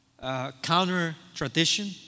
counter-tradition